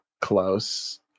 close